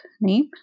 name